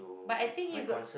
but I think you got